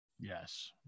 yes